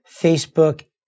Facebook